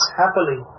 happily